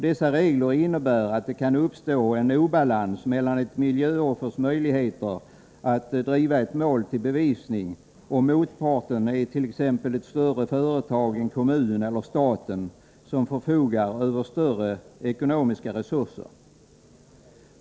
Dessa regler innebär att det kan uppstå en obalans mellan ett miljöoffers möjligheter att driva ett mål till bevisning, om motparten är t.ex. ett större företag, en kommun eller staten, som förfogar över större ekonomiska resurser.